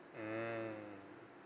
mmhmm